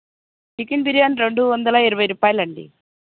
chicken biryani రెండు వందల ఇరవై రూపాయలండి